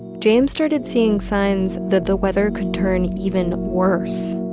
james started seeing signs that the weather could turn even worse